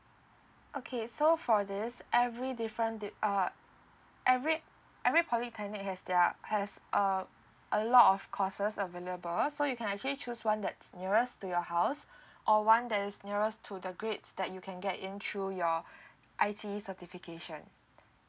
okay so for this every different di~ uh every every polytechnic has their has uh a lot of courses available so you can actually choose one that's nearest to your house or one that is nearest to the grades that you can get in through your I_T_E certification